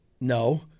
No